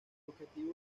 objetivo